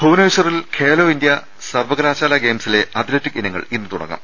ഭുവനേശ്വറിൽ ഖേലോ ഇന്ത്യ സർവ്വകലാശാലാ ഗെയിംസിലെ അത്ല റ്റിക് ഇനങ്ങൾ ഇന്ന് തുടങ്ങും